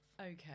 okay